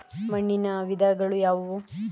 ಮಣ್ಣಿನ ವಿಧಗಳು ಯಾವುವು?